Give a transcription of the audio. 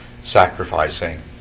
sacrificing